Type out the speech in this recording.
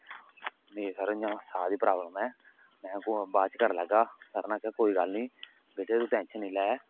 में सर इयां साह् दी प्रावल्म ऐ में आपू बाद च करी लेगा सर ने आखेआ कोई गल्ल नेई बेटे तू टैंशन नेई लै